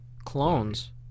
Clones